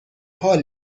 حال